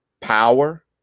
power